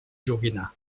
joguina